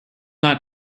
not